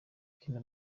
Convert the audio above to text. kina